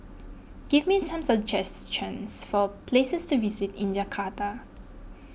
give me some suggestions for places to visit in Jakarta